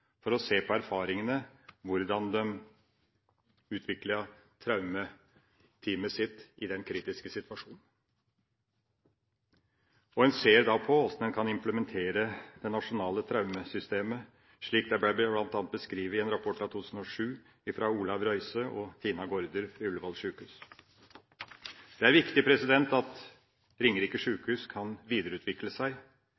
for å se på erfaringene med hvordan de utviklet traumeteamet sitt i den kritiske situasjonen. En ser på hvordan en kan implementere det nasjonale traumesystemet, slik det bl.a. ble beskrevet i en rapport i 2007 fra Olav Røise og Tina Gaarder ved Oslo universitetssykehus, Ullevål. Det er viktig at Ringerike